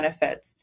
benefits